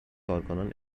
کارکنان